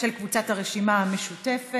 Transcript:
של קבוצת סיעת הרשימה המשותפת.